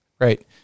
Right